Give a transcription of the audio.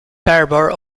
barbour